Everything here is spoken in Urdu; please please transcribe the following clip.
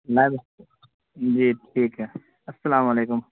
جی ٹھیک ہے السلام علیکم